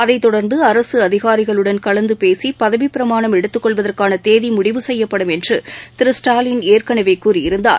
அதைத் தொடர்ந்து அரசு அதிகாரிகளுடன் கலந்து பேசிய பதவிப் பிரமானம் எடுத்துக் கொள்வதற்கான தேதி முடிவு செய்யப்படும் என்று திரு ஸ்டாலின் ஏற்கனவே கூறியிருந்தார்